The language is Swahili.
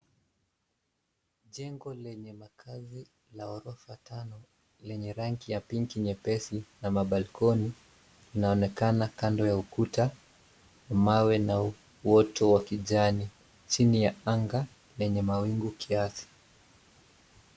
Jengo lenye makazi la orofa tano lenye rangi ya pinki nyepesi na mabalkoni inaonekana kando ya ukuta umawe na uoto wa kijani chini ya anga lenye mawingu kiasi.